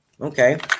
Okay